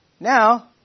Now